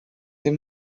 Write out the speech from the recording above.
they